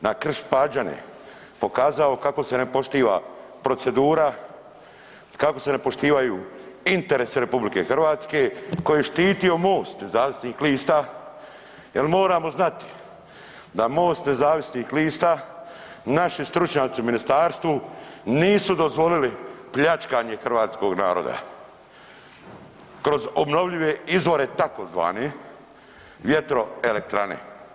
On je na Krš-Pađane pokazao kako se ne poštiva procedura, kako se ne poštivaju interesi RH koje je štitio MOST nezavisnih lista jel moramo znati da MOST nezavisnih lista, naši stručnjaci u ministarstvu, nisu dozvolili pljačkanje hrvatskog naroda kroz obnovljive izvore tzv. vjetroelektrane.